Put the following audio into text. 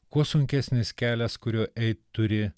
kuo sunkesnis kelias kuriuo eit turi